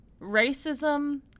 racism